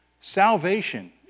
Salvation